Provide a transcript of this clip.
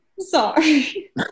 Sorry